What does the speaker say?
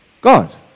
God